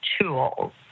tools